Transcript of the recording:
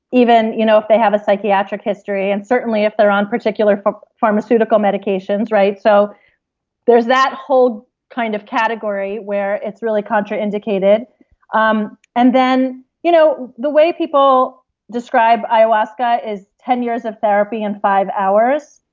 even you know if they have a psychiatric history and certainly if they're on particular pharmaceutical medications. so there's that whole kind of category where it's really contraindicated. um and then you know the way people describe ayahuasca is ten years of therapy in five hours.